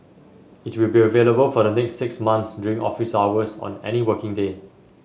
it will be available for the next six months during office hours on any working day